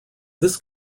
this